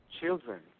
children